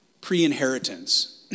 Pre-inheritance